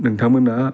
नोंथांमोना